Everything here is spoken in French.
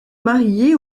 mariée